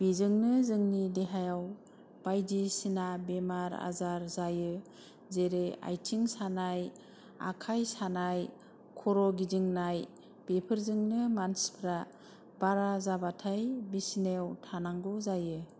बेजोंनो जोंनि देहायाव बायदिसिना बेमार आजार जायो जेरै आथिं सानाय आखाय सानाय खर' गिदिंनाय बेफोरजोंनो मानसिफ्रा बारा जाबाथाय बिसनायाव थानांगौ जायो